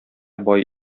бай